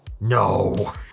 No